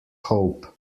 hope